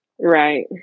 Right